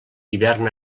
hivern